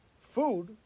food